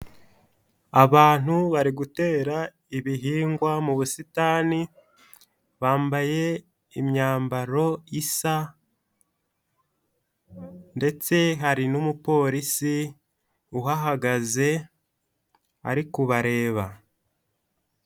Abantu bari gutera ibihingwa mu busitani, bambaye imyambaro isa ndetse hari n'umupolisi uhahagaze ari kubareba.